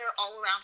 all-around